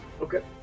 Okay